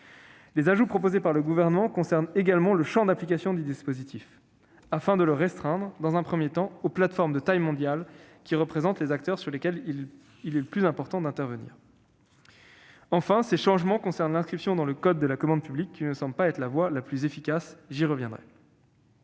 Les ajouts proposés par le Gouvernement concernent également le champ d'application du dispositif, afin de le restreindre, dans un premier temps, aux plateformes de taille mondiale, soit les acteurs auprès desquels il est le plus important d'intervenir. Enfin, ces changements concernent l'inscription dans le code de la commande publique, qui ne me semble pas être la voie la plus efficace pour agir : j'y reviendrai.